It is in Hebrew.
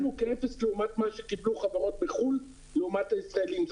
וכאפס לעומת מה שקיבלו חברות מחו"ל לעומת הישראלים.